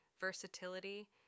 versatility